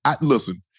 listen